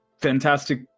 Fantastic